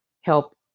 help